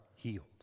healed